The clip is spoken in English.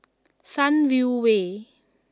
Sunview Way